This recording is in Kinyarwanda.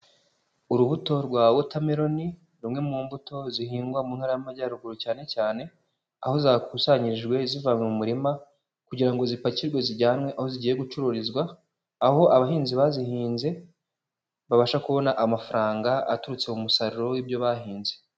Urubuto rwa watermelon, rumwe mu mbuto zihingwa mu ntara y'Amajyaruguru cyane cyane, aho zakusanyijwe ziva mu murima kugira ngo zipakirwe zijyanwe aho zigiye gucururizwa, aho abahinzi bazihinze babasha kubona amafaranga aturutse ku musaruro w'ibyo bahinze.